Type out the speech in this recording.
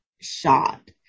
shot